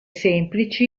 semplici